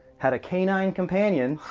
had a canine companion.